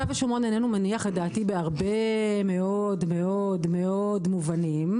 ושומרון איננו מניח את דעתי בהרבה מאוד מאוד מאוד מובנים,